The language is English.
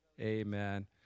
Amen